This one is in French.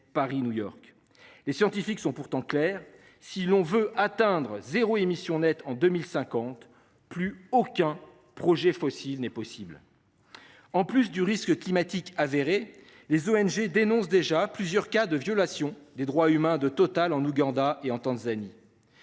Paris-New York, les scientifiques sont pourtant clairs, si l'on veut atteindre zéro émission nette en 2050, plus aucun projet fossile n'est possible. En plus du risque climatique avéré. Les ONG dénoncent déjà plusieurs cas de violations des droits humains de Total, en Ouganda et en Tanzanie.